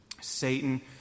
Satan